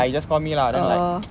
just call me ah then like